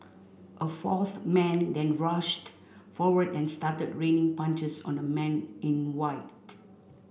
a fourth man then rushed forward and started raining punches on the man in white